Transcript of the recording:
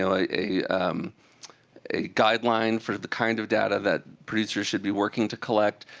and a a a guideline for the kind of data that producers should be working to collect.